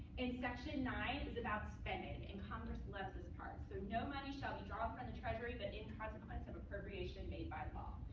and section nine is about spending. and congress loves this part. so no money shall be drawn from the treasury but in consequence of appropriation made by law.